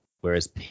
whereas